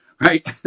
right